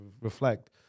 reflect